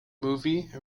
movie